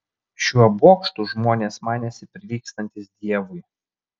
šiuo bokštu žmonės manėsi prilygstantys dievui